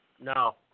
No